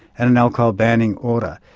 and an alcohol banning order.